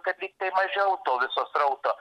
kad tiktai mažiau to viso srauto